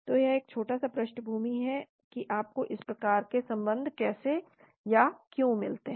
तो यह एक छोटा सा पृष्ठभूमि है कि आपको इस प्रकार के संबंध कैसे या क्यों मिलते हैं